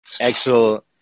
actual